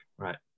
Right